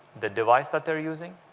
the device that they're using,